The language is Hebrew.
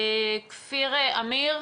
כפיר עמיר,